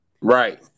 Right